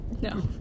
no